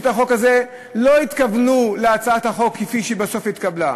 את החוק הזה לא התכוונו להצעת החוק כפי שבסוף התקבלה.